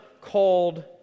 called